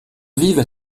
vie